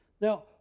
Now